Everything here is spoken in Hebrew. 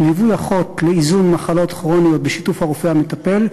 ליווי אחות לאיזון מחלות כרוניות בשיתוף הרופא המטפל,